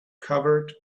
covered